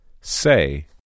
Say